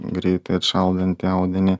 greitai atšaldanti audinį